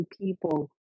people